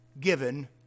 given